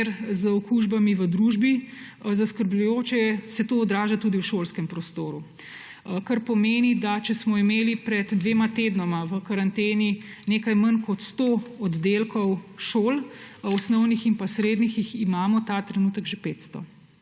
z okužbami v družbi zaskrbljujoče, se to odraža tudi v šolskem prostoru, kar pomeni, da če smo imeli pred dvema tednoma v karanteni nekaj manj kot 100 oddelkov osnovnih in srednjih šol, jih imamo ta trenutek že 500.